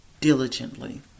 diligently